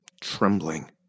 trembling